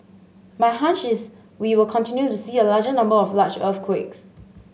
my hunch is we will continue to see a larger number of large earthquakes